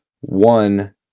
One